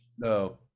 no